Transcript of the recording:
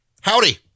Howdy